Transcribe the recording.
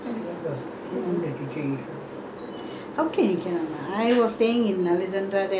how come you cannot remember I was staying at alexandra there I know the alexandra market food court all